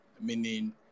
meaning